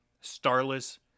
starless